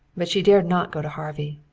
but she dared not go to harvey.